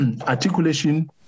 articulation